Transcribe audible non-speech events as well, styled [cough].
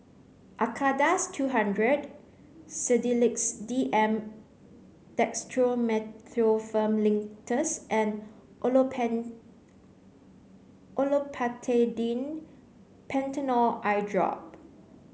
Acardust two hundred Sedilix D M Dextromethorphan Linctus and [unintelligible] Olopatadine Patanol Eyedrop